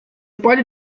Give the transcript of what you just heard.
pode